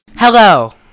Hello